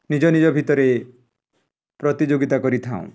ନିଜ ନିଜ ଭିତରେ ପ୍ରତିଯୋଗିତା କରିଥାଉଁ